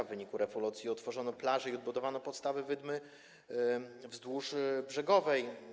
W wyniku refulacji odtworzono plażę i odbudowano podstawę wydmy wzdłużbrzegowej.